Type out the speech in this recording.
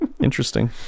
Interesting